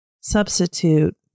substitute